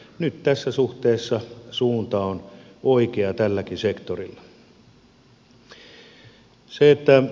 nyt tässä suhteessa suunta on oikea tälläkin sektorilla